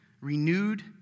renewed